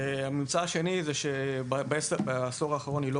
הממצא השני זה שבעשור האחרון הרשות לא